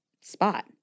spot